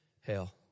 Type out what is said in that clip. hell